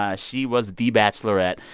ah she was the bachelorette.